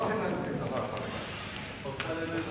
סעיף 20,